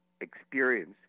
experience